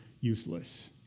useless